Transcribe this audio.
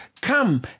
come